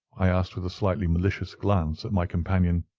i asked, with a slightly malicious glance at my companion.